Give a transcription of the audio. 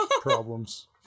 problems